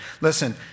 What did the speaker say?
Listen